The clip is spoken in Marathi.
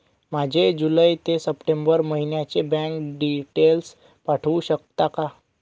माझे जुलै ते सप्टेंबर महिन्याचे बँक डिटेल्स पाठवू शकता का?